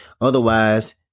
Otherwise